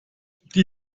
die